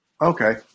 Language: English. okay